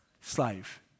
slave